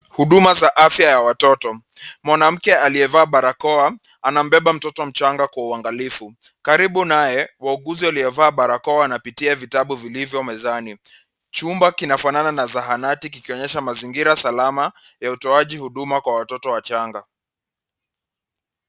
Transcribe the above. Huduma za afya ya watoto. Mwanamke aliyevaa barakoa ana mbeba mtoto mchanga kwa uangalifu. Karibu naye wa wauguzi waliovaa barakoa wanapitia vitabu vilivyo mezani. Chumba kinafanana na zahanati kikionyesha mazingira salama ya utoaji huduma kwa watoto wachanga.